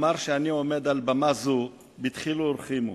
אומר שאני עומד על במה זו בדחילו ורחימו.